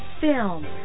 film